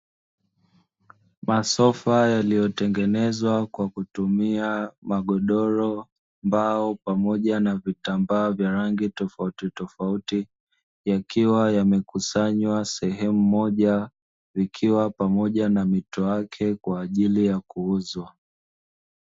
Masofa yaliyotengenezwa kwa kutumia magodoro, mbao pamoja na vitambaa vya rangi tofautitofauti; yakiwa yamekusanywa sehemu moja ikiwa pamoja na mito yake kwa ajili kuuzwa.